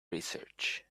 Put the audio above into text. research